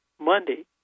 Monday